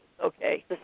Okay